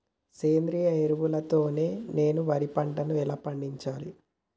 సేంద్రీయ ఎరువుల తో నేను వరి పంటను ఎలా పండించాలి?